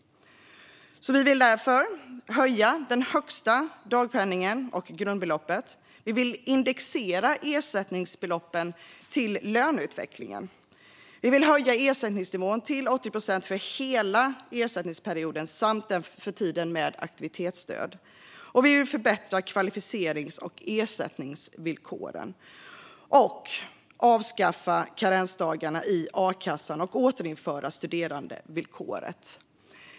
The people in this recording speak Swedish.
Vi vill därför höja den högsta dagpenningen och grundbeloppet. Vi vill indexera ersättningsbeloppen till löneutvecklingen. Vi vill höja ersättningsnivån till 80 procent för hela ersättningsperioden samt för tiden med aktivitetsstöd. Vi vill också förbättra kvalificerings och ersättningsvillkoren, avskaffa karensdagarna i a-kassan och återinföra studerandevillkoret.